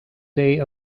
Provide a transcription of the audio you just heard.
day